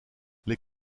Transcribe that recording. les